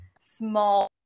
small